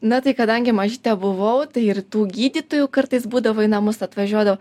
na tai kadangi mažyte buvau tai ir tų gydytojų kartais būdavo į namus atvažiuodavo